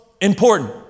important